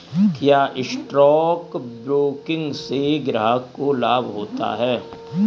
क्या stock broking से ग्राहक को लाभ होता है?